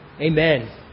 Amen